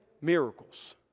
miracles